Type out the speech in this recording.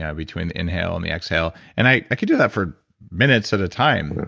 yeah between inhale and the exhale. and i i could do that for minutes at a time,